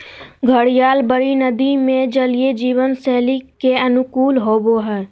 घड़ियाल बड़ी नदि में जलीय जीवन शैली के अनुकूल होबो हइ